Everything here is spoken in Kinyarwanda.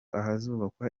ahazubakwa